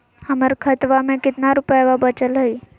हमर खतवा मे कितना रूपयवा बचल हई?